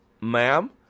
Ma'am